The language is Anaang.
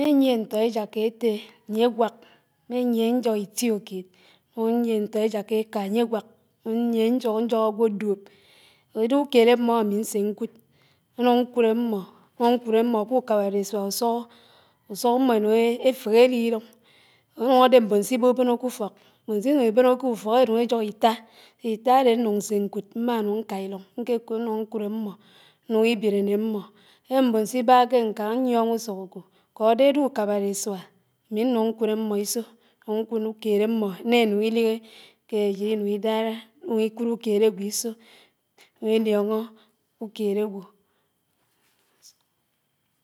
Mméyié ñtò éjáká ètté ányé gwák, mméyié ñjóhó itiókéd, ñnùñ ñyié ñtò éjáká èká ányé gwák, inyié ñjóhó ágwó dúób, idéhé ùkéd àmmó àmi ñsè ñkùd, ñùñ ñkùd ámmó, ñnúñ ñkùd àmmò k'úkábárisùá ùsùñó, ùsúñó ámmó ènùñ èféhé éli ilùñ, or ánùñ ádé mbón si bóbóñó k'ùfók, mbón sinùñ ìbónó k'úfók éjóhó itá, itá àdè ñnúñ ñsé ñkùd mmánúñ ñká ilùñ ñkèkùd ñnúñ ñkùd àmmó, inùñ ibiré né ámmó, mbón sibá ké ñkáñ ñyióñ ùsùñ ákó, ñkó àdédé úkábárisúá ámi ñnúñ ñkúd ámmó isó, ñnùñ ñkùd úkéd àmmó, énénúñ ilihé, úkéd ájid ìnúñ idárá, inùñ ikùd ùkéd ágwó isó, inúñ ídióñó úkéd àgwó.